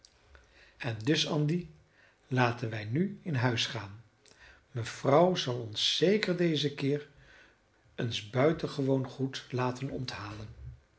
en dus andy laten wij nu in huis gaan mevrouw zal ons zeker dezen keer eens buitengemeen goed laten onthalen